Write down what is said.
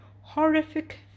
horrific